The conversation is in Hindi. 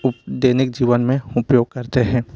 दैनिक जीवन में उपयोग करते हैं